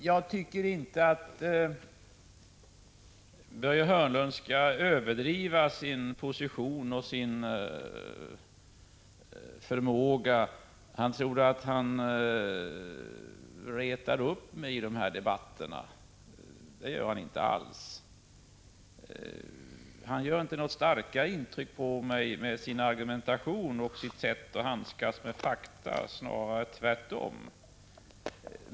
Fru talman! Börje Hörnlund skall inte överdriva sin position och sin förmåga. Han trodde att han retade upp mig i dessa debatter, men det gör han inte alls. Han gör inte något starkare intryck på mig med sin argumentation och sitt sätt att handskas med fakta — snarare tvärtom.